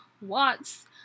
Watts